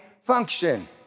function